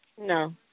No